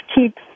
keep